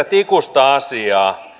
tikusta asiaa